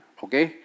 okay